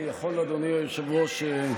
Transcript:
אדוני היושב-ראש?